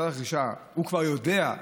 הוא כבר יודע,